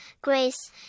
grace